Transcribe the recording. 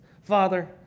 Father